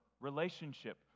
relationship